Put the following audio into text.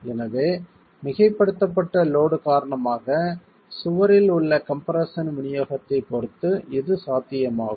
எனவே மிகைப்படுத்தப்பட்ட லோட் காரணமாக சுவரில் உள்ள கம்ப்ரெஸ்ஸன் விநியோகத்தைப் பொறுத்து இது சாத்தியமாகும்